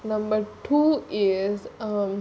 number two is um